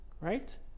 right